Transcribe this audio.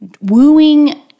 wooing